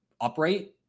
upright